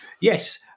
yes